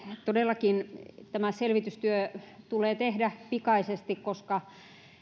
todellakin tämä selvitystyö tulee tehdä pikaisesti koska